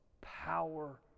power